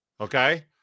Okay